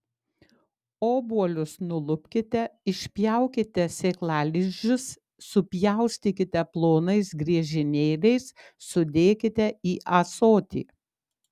obuolius nulupkite išpjaukite sėklalizdžius supjaustykite plonais griežinėliais sudėkite į ąsotį